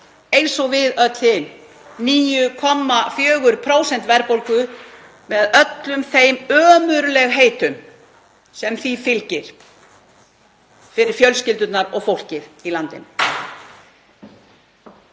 eins og við öll hin, 9,4% verðbólgu með öllum þeim ömurlegheitum sem því fylgir fyrir fjölskyldurnar og fólkið í landinu.